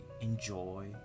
enjoy